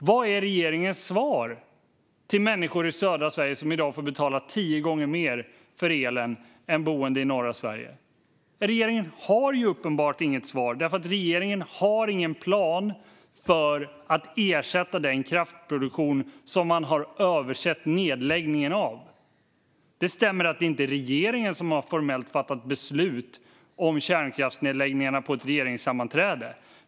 Vad är regeringens svar till människor i södra Sverige som i dag får betala tio gånger mer för elen än boende i norra Sverige? Regeringen har uppenbart inget svar, för regeringen har ingen plan för att ersätta den kraftproduktion som man har översett med nedläggningen av. Det stämmer att det inte är regeringen som formellt har fattat beslut om kärnkraftsnedläggningarna på ett regeringssammanträde.